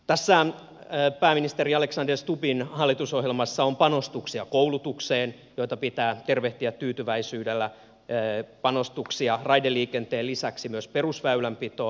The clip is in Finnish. tässä pääministeri alexander stubbin hallitusohjelmassa on panostuksia koulutukseen joita pitää tervehtiä tyytyväisyydellä sekä panostuksia raideliikenteen lisäksi myös perusväylänpitoon